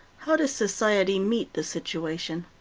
how does society meet the situation?